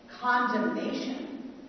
condemnation